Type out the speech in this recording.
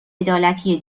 عدالتی